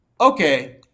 Okay